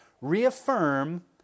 reaffirm